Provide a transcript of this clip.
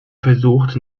versucht